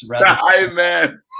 Amen